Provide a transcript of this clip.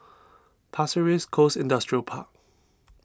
Pasir Ris Coast Industrial Park